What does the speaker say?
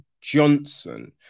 Johnson